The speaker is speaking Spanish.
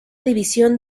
división